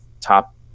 top